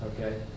okay